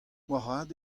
moarvat